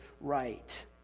right